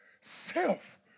self